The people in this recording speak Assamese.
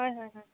হয় হয় হয়